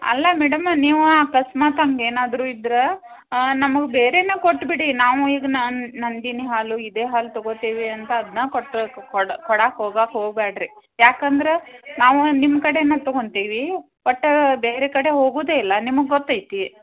ಅಲ್ಲ ಮೇಡಮ್ ನೀವು ಅಕಸ್ಮಾತ್ ಹಾಗೇನಾದ್ರು ಇದ್ರೆ ನಮಗೆ ಬೇರೆನೆ ಕೊಟ್ಟುಬಿಡಿ ನಾವು ಈಗ ನಂದಿನಿ ಹಾಲು ಇದೇ ಹಾಲು ತೊಗೋತೀವಿ ಅಂತ ಅದನ್ನ ಕೊಟ್ಟು ಕೊಡು ಕೊಡಕ್ಕೆ ಹೋಗಕ್ಕೆ ಹೋಗ್ಬೇಡ್ರಿ ಯಾಕಂದ್ರೆ ನಾವು ನಿಮ್ಮ ಕಡೆನೇ ತೊಗೊಂತೀವಿ ಒಟ್ಟು ಬೇರೆ ಕಡೆ ಹೋಗೋದೇ ಇಲ್ಲ ನಿಮಗೆ ಗೊತ್ತೈತಿ